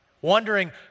wondering